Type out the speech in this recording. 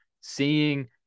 Seeing